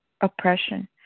oppression